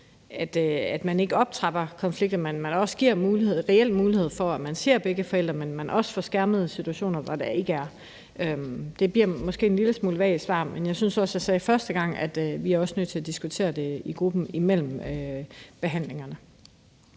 at man ikke optrapper konflikter, og at man også giver en reel mulighed for, at et barn ser begge forældre, men at man også får skærmede situationer, hvor der ikke er det. Det bliver måske et svar, der er en lille smule vagt, men jeg synes også, jeg sagde første gang, at vi også er nødt til at diskutere det i gruppen imellem behandlingerne.